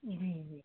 जी जी